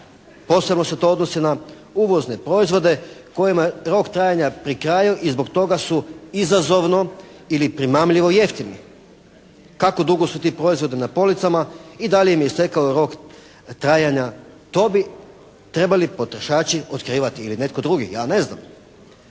Posebno se to odnosi na uvozne proizvode kojima je rok trajanja pri kraju i zbog toga su izazovno ili primamljivo jeftini. Kako dugo su ti proizvodi na policama i da li im je istekao rok trajanja? To bi trebali potrošači otkrivati ili netko drugi, ja ne znam.